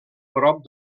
prop